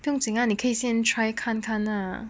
不用紧你可以先 try 看看 lah